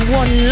one